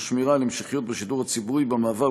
תוך שמירה על המשכיות בשידור הציבורי במעבר